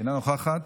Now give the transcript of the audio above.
אינה נוכחת.